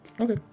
Okay